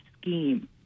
scheme